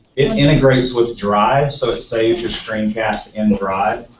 it integrates with drive so it saves your screencast in drive,